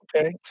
Okay